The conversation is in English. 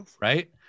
Right